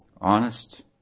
Honest